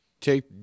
Take